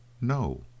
No